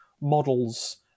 models